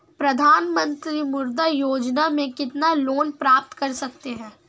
प्रधानमंत्री मुद्रा योजना में कितना लोंन प्राप्त कर सकते हैं?